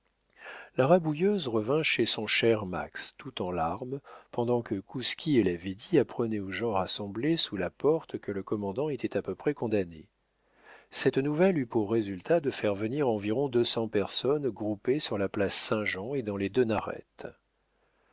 la rabouilleuse revint chez son cher max tout en larmes pendant que kouski et la védie apprenaient aux gens rassemblés sous la porte que le commandant était à peu près condamné cette nouvelle eut pour résultat de faire venir environ deux cents personnes groupées sur la place saint-jean et dans les deux narettes